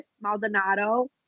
maldonado